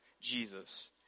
Jesus